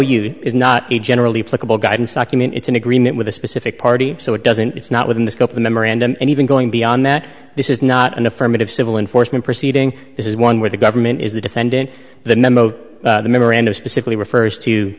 u is not a generally applicable guidance document it's an agreement with a specific party so it doesn't it's not within the scope of a memorandum and even going beyond that this is not an affirmative civil enforcement proceeding this is one where the government is the defendant the memo to the memorandum specifically refers to